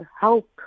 help